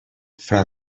fra